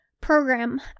program